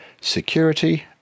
security